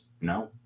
no